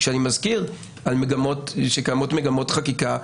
אני מזכיר שקיימות מגמות חקיקה.